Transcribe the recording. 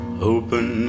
Open